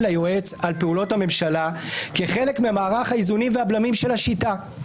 היועץ על פעולות הממשלה כחלק ממערך האיזונים והבלמים של השיטה.